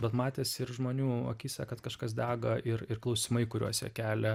bet matėsi ir žmonių akyse kad kažkas dega ir ir klausimai kuriuos jie kelia